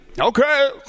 okay